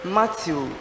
Matthew